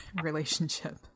relationship